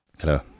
Hello